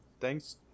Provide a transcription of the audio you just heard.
thanks